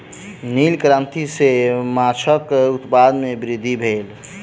नील क्रांति सॅ माछक उत्पादन में वृद्धि भेल